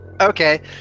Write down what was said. Okay